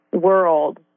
world